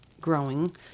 growing